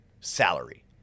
salary